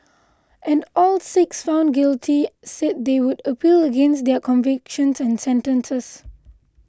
and all six found guilty said they would appeal against their convictions and sentences